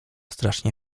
strasznie